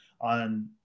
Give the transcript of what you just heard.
on